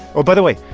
oh, by the way,